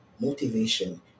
motivation